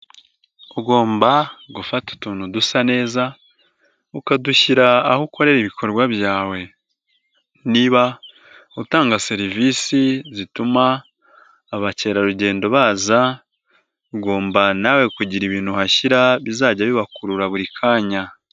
Ugomba gufata utuntu dusa neza ukadushyira aho ukorera ibikorwa byawe. Niba utanga serivisi zituma abakerarugendo baza, ugomba nawe kugira ibintu uhashyira bizajya bibakurura buri kanya.